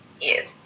Yes